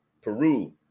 Peru